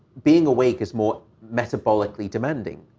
being awake is more metabolically demanding,